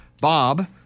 Bob